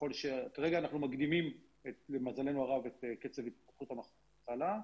כרגע אנחנו מקדימים למזלנו הרב את קצב התפתחות המחלה,